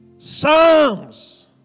Psalms